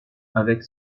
avec